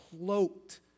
cloaked